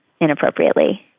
inappropriately